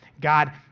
God